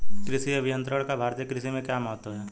कृषि अभियंत्रण का भारतीय कृषि में क्या महत्व है?